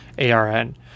ARN